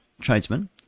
tradesman